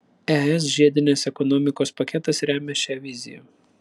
es žiedinės ekonomikos paketas remia šią viziją